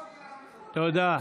תודה.